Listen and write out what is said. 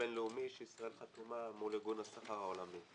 הבין-לאומי שישראל חתומה עליו מול ארגון הסחר העולמי.